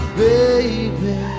baby